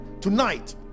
Tonight